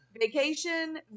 vacation